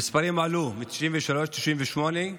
המספרים עלו מ-93 ל-98,